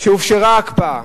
שהופשרה ההקפאה,